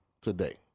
Today